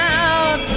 out